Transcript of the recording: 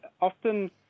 Often